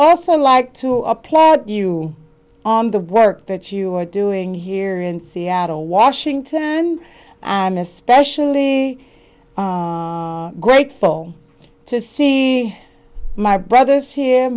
also like to applaud you on the work that you are doing here in seattle washington i'm especially grateful to see my brothers here